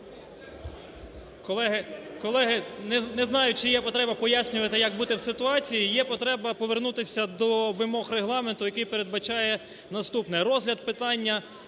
Колеги, не знаю, чи є потреба пояснювати, як бути в ситуації, є потреба повернутися до вимог Регламенту, який передбачає наступне. Розгляд питання